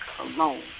alone